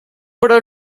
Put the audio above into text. però